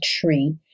tree